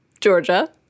Georgia